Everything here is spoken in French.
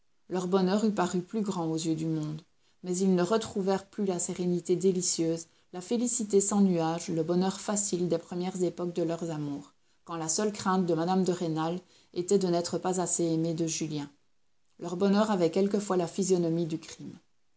leur bonheur eût paru plus grand aux yeux du monde mais ils ne retrouvèrent plus la sérénité délicieuse la félicité sans nuages le bonheur facile des premières époques de leurs amours quand la seule crainte de mme de rênal était de n'être pas assez aimée de julien leur bonheur avait quelquefois la physionomie du crime